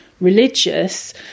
religious